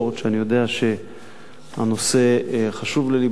שאני יודע שהנושא חשוב ללבה,